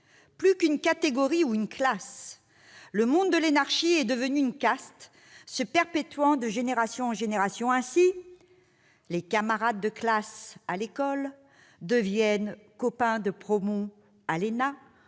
Plus qu'une catégorie ou une classe, le monde de l'énarchie est devenu une caste se perpétuant de génération en génération. Ainsi, les « camarades de classe à l'école » deviennent « copains de promo à l'ENA